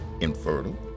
infertile